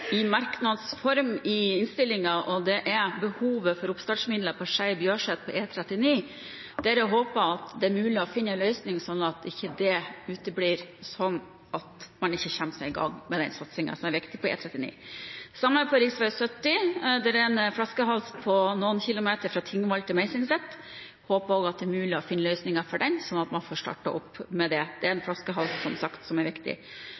i merknads form i innstillingen. Det gjelder behovet for oppstartsmidler på E39 Skei–Bjørset, der jeg håper at det er mulig å finne en løsning, slik at det ikke uteblir og man ikke kommer i gang med den satsingen, som er viktig. Det samme gjelder på rv. 70 og en flaskehals på noen kilometer fra Tingvoll til Meisingset. Jeg håper også at det er mulig å finne løsninger for den, slik at man får startet opp. Det er en flaskehals, som sagt, som er viktig.